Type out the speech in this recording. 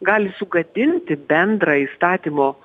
gali sugadinti bendrą įstatymo